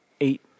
eight